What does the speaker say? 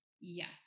Yes